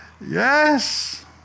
yes